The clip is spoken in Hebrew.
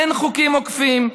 אין חוקים עוקפים,